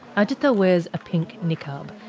agitda wears a pink niqab,